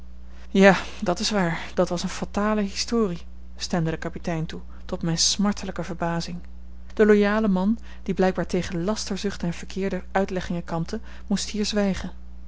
ja dat's waar dat was eene fatale historie stemde de kapitein toe tot mijne smartelijke verbazing de loyale man die blijkbaar tegen lasterzucht en verkeerde uitleggingen kampte moest hier zwijgen